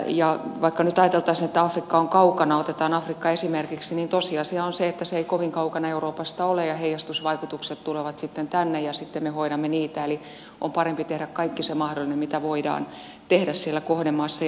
ja vaikka nyt ajateltaisiin että afrikka on kaukana otetaan afrikka esimerkiksi niin tosiasia on se että se ei kovin kaukana euroopasta ole ja heijastusvaikutukset tulevat sitten tänne ja sitten me hoidamme niitä eli on parempi tehdä kaikki mahdollinen mitä voidaan tehdä siellä kohdemaassa